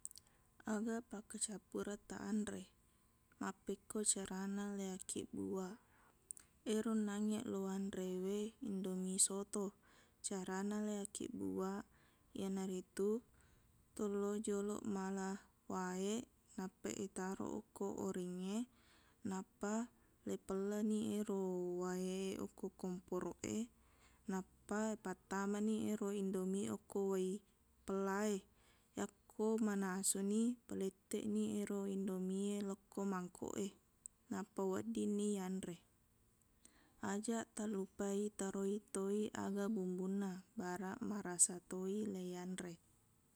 Aga pakkacappureng ta anre. Meppekko carana liakkibbuwaq. Ero nangngeq luwanrewe, indomie soto. Carana liakkibbuwaq iyanaritu, tello joloq mala wae nappa itaro okko oringnge. Nappa lipellani ero wae e okko komporoq e. Nappa ipattamani ero indomie okko wae pella e. Yakko manasuni, paletteqni ero indomie lokko mangkok e, nappa weddinni yanre. Ajaq talupai taroi toi aga bumbunna, baraq marasa toi leiyanre.